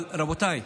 אבל רבותיי,